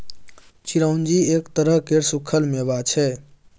चिरौंजी एक तरह केर सुक्खल मेबा छै